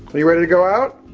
but are you ready to go out?